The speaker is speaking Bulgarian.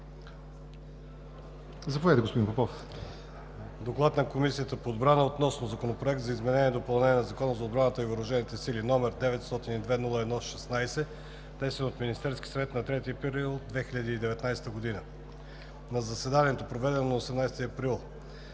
Заповядайте, господин Попов.